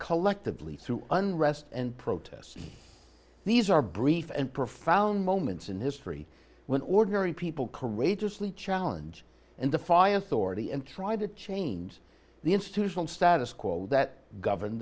collectively through unrest and protests these are brief and profound moments in history when ordinary people courageously challenge and defy authority and try to change the institutional status quo that govern